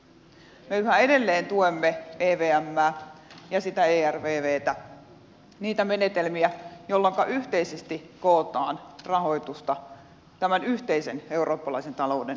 me yhä edelleen tuemme evmää ja ervvtä niitä menetelmiä joilla yhteisesti kootaan rahoitusta tämän yhteisen eurooppalaisen talouden pelastamiseksi